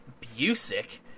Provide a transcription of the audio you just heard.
Busick